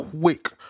quick